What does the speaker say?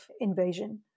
invasion